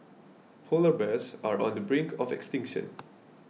Polar Bears are on the brink of extinction